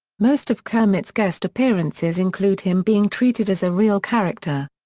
most of kermit's guest appearances include him being treated as a real character.